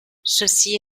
ceci